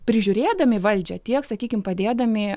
prižiūrėdami valdžią tiek sakykim padėdami